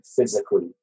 physically